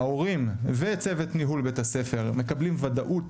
ההורים וצוות ניהול בית הספר מקבלים וודאות